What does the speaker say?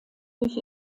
durch